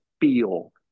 feel